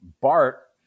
Bart